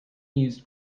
used